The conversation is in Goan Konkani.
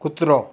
कुत्रो